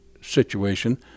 situation